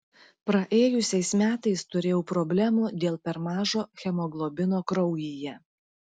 praėjusiais metais turėjau problemų dėl per mažo hemoglobino kraujyje